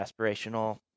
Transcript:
aspirational